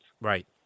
right